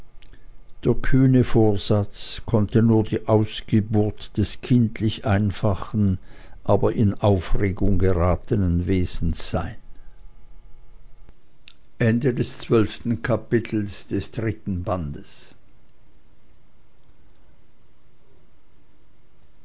der kühne vorsatz konnte nur die ausgeburt des kindlich einfachen aber in aufregung geratenen wesens sein